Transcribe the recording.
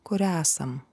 kur esam